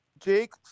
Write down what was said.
Jake